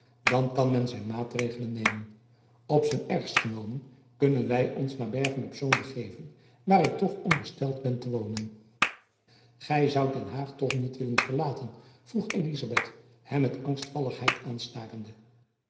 dan kan men zijn maatregelen nemen op zijn ergst genomen kunnen wy ons naar bergen-op-zoom begeven waar ik toch ondersteld ben te wonen gy zoudt den haag toch niet willen verlaten vroeg elizabeth hem met angstvalligheid aanstarende